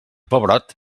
pebrot